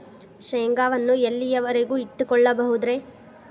ಶೇಂಗಾವನ್ನು ಎಲ್ಲಿಯವರೆಗೂ ಇಟ್ಟು ಕೊಳ್ಳಬಹುದು ರೇ?